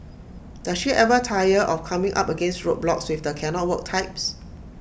does she ever tire of coming up against roadblocks with the cannot work types